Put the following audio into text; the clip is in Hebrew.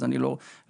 אז אני לא אפרט.